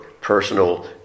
personal